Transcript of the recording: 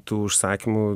tų užsakymų